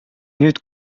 nüüd